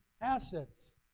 assets